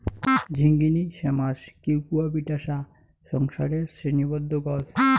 ঝিঙ্গিনী শ্যামাস কিউকুয়াবিটাশা সংসারের শ্রেণীবদ্ধ গছ